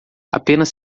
apenas